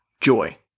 Joy